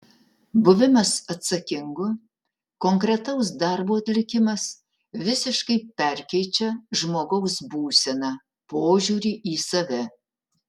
buvimas atsakingu konkretaus darbo atlikimas visiškai perkeičią žmogaus būseną požiūrį į save